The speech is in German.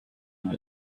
nur